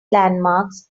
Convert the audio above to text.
landmarks